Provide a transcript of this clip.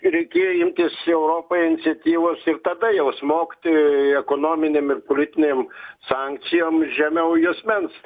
reikėjo imtis europai iniciatyvos ir tada jau smogti ekonominėm ir politinėm sankcijom žemiau juosmens